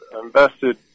invested